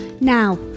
Now